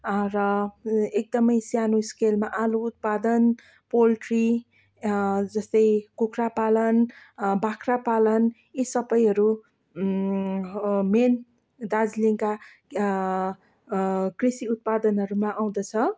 र एकदमै सानो स्केलमा आलु उत्पादन पोल्ट्री जस्तै कुखुरा पालन बाख्रा पालन यी सबैहरू मेन दार्जिलिङका कृषि उत्पादनहरूमा आउँदछ